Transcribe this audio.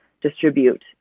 distribute